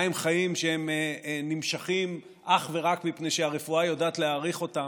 מהם חיים שנמשכים אך ורק מפני שהרפואה יודעת להאריך אותם,